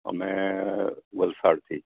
અમે વલસાડથી